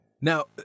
Now